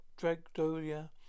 Dragolia